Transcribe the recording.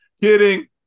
Kidding